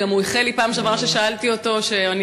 והוא גם איחל לי בפעם שעברה ששאלתי אותו שאני